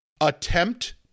attempt